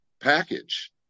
package